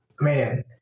man